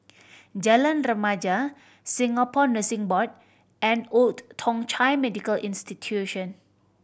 Jalan Remaja Singapore Nursing Board and Old Thong Chai Medical Institution